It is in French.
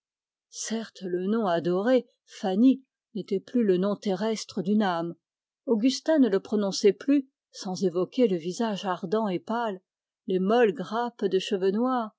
certes le nom adoré fanny n'était plus le nom terrestre d'une âme augustin ne le prononçait plus sans évoquer le visage ardent et pâle les molles grappes de cheveux noirs